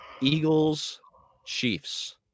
Eagles-Chiefs